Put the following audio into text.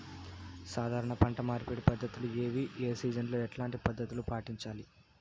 సాధారణ పంట మార్పిడి పద్ధతులు ఏవి? ఏ సీజన్ లో ఎట్లాంటి పద్ధతులు పాటించాలి?